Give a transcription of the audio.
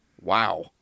Wow